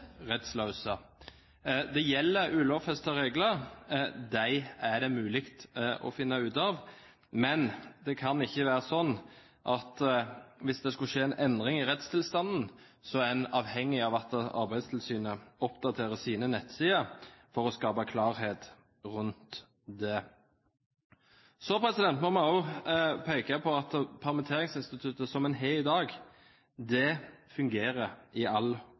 Det gjelder ulovfestede regler. Dem er det mulig å finne ut av, men det kan ikke være sånn at hvis det skulle skje en endring i rettstilstanden, er en avhengig av at Arbeidstilsynet oppdaterer sine nettsider for å skape klarhet rundt det. Jeg vil også peke på at permitteringsinstituttet som en har i dag, i all hovedsak fungerer